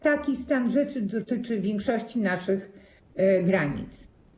Taki stan rzeczy dotyczy większości naszych granic.